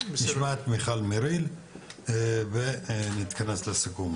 נשמע את מיכל מריל ונתכנס לסיכום,